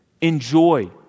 Enjoy